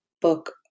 book